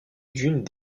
d’une